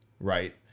right